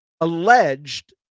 alleged